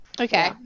Okay